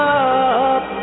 up